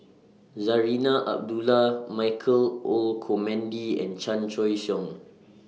Zarinah Abdullah Michael Olcomendy and Chan Choy Siong